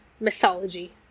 mythology